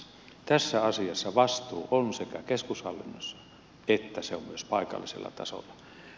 tässä asiassa vastuu on sekä keskushallinnossa että myös paikallisella tasolla